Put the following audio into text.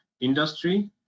industry